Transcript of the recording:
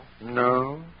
No